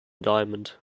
diamond